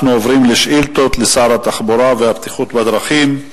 אנחנו עוברים לשאילתות לשר התחבורה והבטיחות בדרכים.